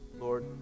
Lord